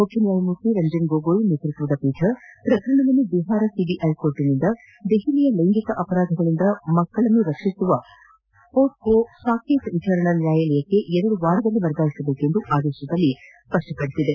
ಮುಖ್ಯ ನ್ಯಾಯಮೂರ್ತ ರಂಜನ್ ಗೊಗೋಯ್ ನೇತೃತ್ವದ ಪೀಠ ಪ್ರಕರಣವನ್ನು ಬಿಹಾರ ಸಿಬಿಐ ನ್ಯಾಯಾಲಯದಿಂದ ದೆಹಲಿಯ ಲೈಂಗಿಕ ಅಪರಾಧಗಳಿಂದ ಮಕ್ಕ ಳನ್ನು ಸಂರಕ್ಷಿಸುವ ಪೋಕ್ಪೋ ಸಾಕೇತ್ ವಿಚಾರಣಾ ನ್ಯಾಯಾಲಯಕ್ಕೆ ಎರಡು ವಾರಗಳಲ್ಲಿ ವರ್ಗಾಯಿಸುವಂತೆ ಆದೇಶ ನೀಡಿದೆ